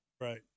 Right